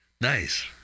Nice